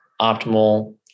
optimal